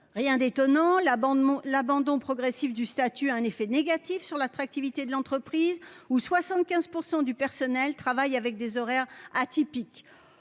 Rien d'étonnant ! L'abandon progressif du statut a un effet négatif sur l'attractivité de l'entreprise, où 75 % du personnel travaille avec des horaires atypiques